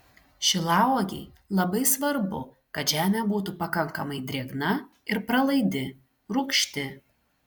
šilauogei labai svarbu kad žemė būtų pakankamai drėgna ir pralaidi rūgšti